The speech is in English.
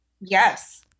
Yes